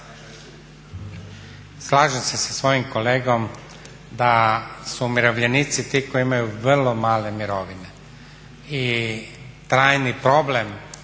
Slažem se sa svojim kolegom da su umirovljenici ti koji imaju vrlo male mirovine i trajni problem